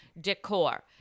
decor